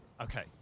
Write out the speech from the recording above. Okay